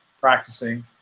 practicing